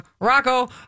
Rocco